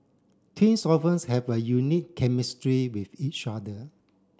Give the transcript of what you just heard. twins often have a unique chemistry with each other